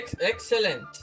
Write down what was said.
Excellent